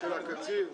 תודה רבה.